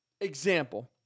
example